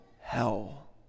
hell